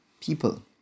people